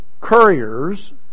couriers